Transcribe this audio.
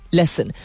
lesson